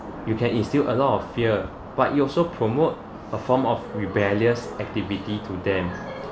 you can instill a lot of fear but you also promote a form of rebellious activity to them